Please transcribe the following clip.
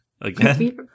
Again